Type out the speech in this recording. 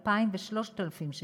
2,000 ו-3,000 שקל.